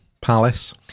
Palace